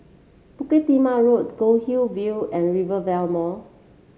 Bukit Timah Road Goldhill View and Rivervale Mall